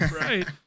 Right